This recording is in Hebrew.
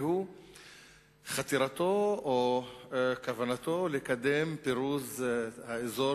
והוא חתירתו או כוונתו לקדם פירוז האזור